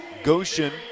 Goshen